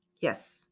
Yes